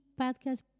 podcast